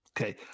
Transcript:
Okay